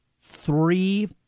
Three –